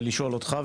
ולשאול אותך.